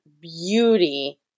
beauty